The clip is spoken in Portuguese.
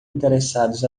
interessados